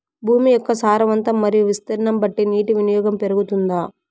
భూమి యొక్క సారవంతం మరియు విస్తీర్ణం బట్టి నీటి వినియోగం పెరుగుతుందా?